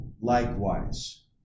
likewise